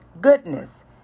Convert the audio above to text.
goodness